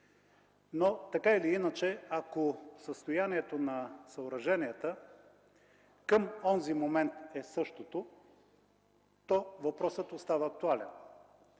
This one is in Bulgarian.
Но, така или иначе, ако състоянието на съоръженията към онзи момент е същото, то въпросът остава актуален.